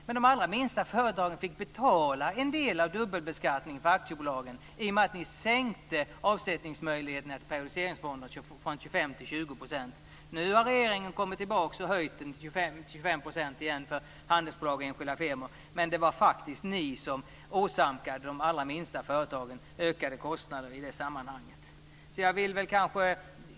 Men de allra minsta företagen fick ju betala en del av dubbelbeskattningen för aktiebolagen i och med att ni minskade möjligheten att göra avsättningar till periodiseringsfonden från 25 % till 20 %. Nu har regeringen kommit tillbaka och höjt den till 25 % för handelsbolag och enskilda firmor, men det var faktiskt ni som åsamkade de allra minsta företagen ökade kostnader i det sammanhanget.